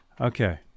Okay